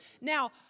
Now